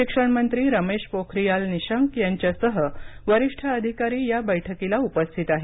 शिक्षण मंत्री रमेश पोखारीयाल निशंक यांच्यासह वरिष्ठ अधिकारी या बैठकीला उपस्थित आहेत